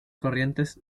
corrientes